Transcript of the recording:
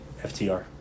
FTR